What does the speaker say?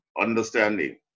understanding